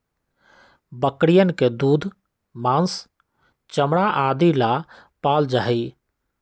बकरियन के दूध, माँस, चमड़ा आदि ला पाल्ल जाहई